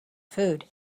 food